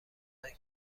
دادند